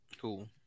cool